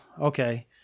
okay